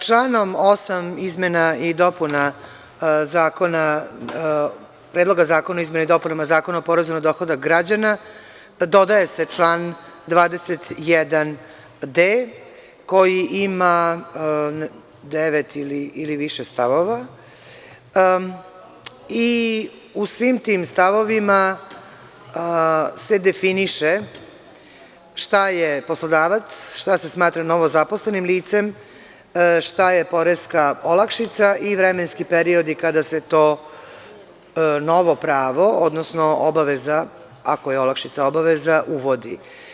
Članom 8. Predloga zakona o izmenama i dopunama Zakona o porezu na dohodak građana dodaje se član 21d, koji ima devet ili više stavova i u svim tim stavovima se definiše šta je poslodavac, šta se smatra novozaposlenim licem, šta je poreska olakšica i vremenski periodi kada se to novo pravo, odnosno obaveza, ako je olakšica obaveza, uvodi.